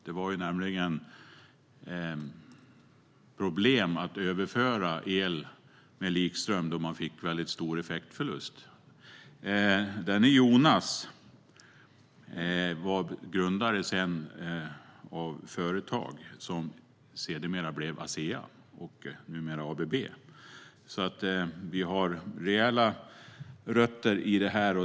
Det var nämligen problem med att överföra el med likström, då man fick stor effektförlust. Denne Jonas grundade sedan ett företag som sedermera blev Asea, numera ABB. Vi har alltså rejäla rötter i det här.